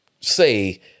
say